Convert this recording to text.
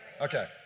Okay